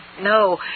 No